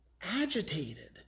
agitated